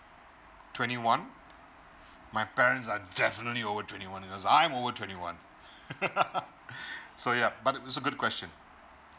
twenty one my parents are definitely over twenty one cause I'm over twenty one so yup but it was a good question